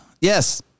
yes